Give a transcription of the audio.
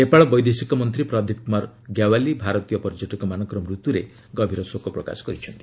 ନେପାଳ ବୈଦେଶିକ ମନ୍ତ୍ରୀ ପ୍ରଦୀପ କୁମାର ଗ୍ୟାୱାଲି ଭାରତୀୟ ପର୍ଯ୍ୟଟକମାନଙ୍କର ମୃତ୍ୟୁରେ ଗଭୀର ଶୋକ ପ୍ରକାଶ କରିଛନ୍ତି